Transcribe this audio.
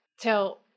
till